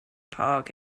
park